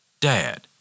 Dad